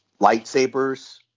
lightsabers